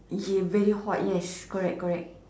they very hot yes correct correct